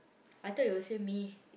I thought you will say me